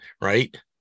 Right